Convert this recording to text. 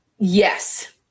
Yes